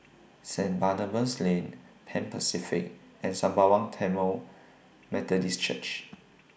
Saint Barnabas Lane Pan Pacific and Sembawang Tamil Methodist Church